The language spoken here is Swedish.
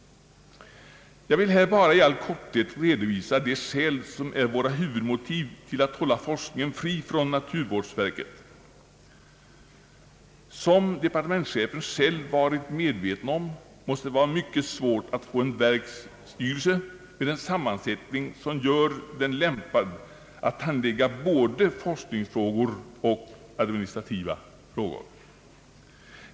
Jag vill här bara i all korthet redovisa de skäl som har varit våra huvudmotiv till kravet att hålla forskningen fri från naturvårdsverket. Såsom departementschefen själv har varit medveten om, måste det vara svårt att få en verkstyrelse med en sammansättning, som gör den lämpad att handlägga både forskningsfrågor och administrativa frågor.